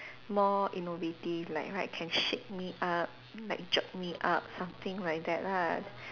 more innovating like right can shake me up like jerk me up something like that lah